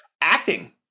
acting